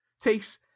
takes